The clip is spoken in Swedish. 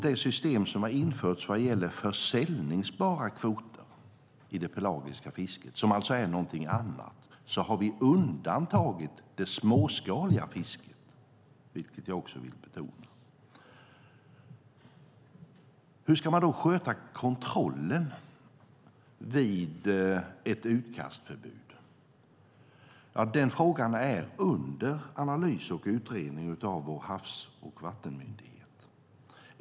I det system som har införts vad gäller säljbara kvoter i det pelagiska fisket, som alltså är någonting annat, har vi undantagit det småskaliga fisket. Detta vill jag också betona. Hur ska man då sköta kontrollen vid ett utkastförbud? Frågan är under analys och utredning av vår havs och vattenmyndighet.